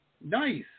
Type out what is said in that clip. Nice